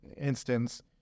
instance